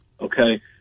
Okay